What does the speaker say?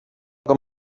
com